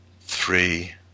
three